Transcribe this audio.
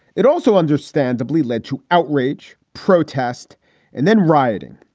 it also understandably led to outrage. protest and then rioting.